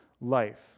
life